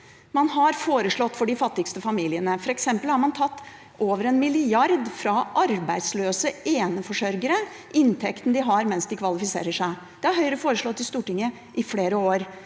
man har foreslått for de fattigste familiene. For eksempel har man tatt over 1 mrd. kr fra arbeidsløse ene forsørgere – inntekten de har mens de kvalifiserer seg. Det har Høyre foreslått i Stortinget i flere år.